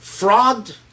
Fraud